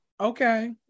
Okay